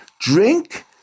drink